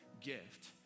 gift